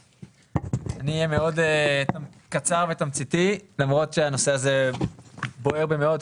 אני אהיה מאוד קצר ותמציתי למרות שהנושא הזה בוער בי מאוד.